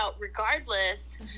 regardless